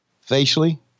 facially